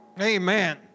Amen